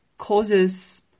causes